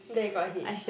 then you got a hitch